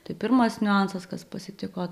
tai pirmas niuansas kas pasitiko